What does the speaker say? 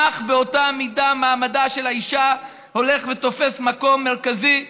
כך באותה מידה מעמדה של האישה הולך ותופס מקום מרכזי,